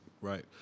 Right